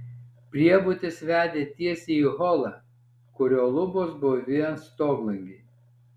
priebutis vedė tiesiai į holą kurio lubos buvo vien stoglangiai